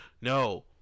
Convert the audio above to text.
no